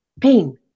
pain